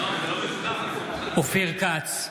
להב הרצנו,